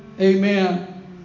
Amen